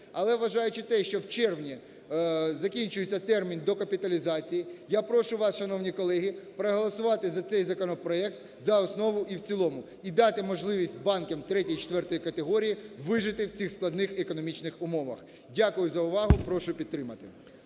Але, зважаючи на те, що в червні закінчується термін докапіталізації, я прошу вас, шановні колеги, проголосувати за цей законопроект за основу і в цілому, і дати можливість банкам третьої і четвертої категорії вижити в цих складних економічних умовах. Дякую увагу. Прошу підтримати.